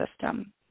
system